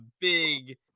big